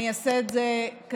אני אעשה את זה בקצרה.